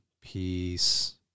peace